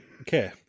okay